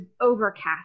overcast